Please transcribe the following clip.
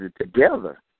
together